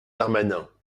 darmanin